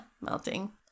melting